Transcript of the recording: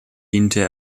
diente